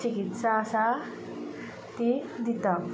चिकित्सा आसा ती दिता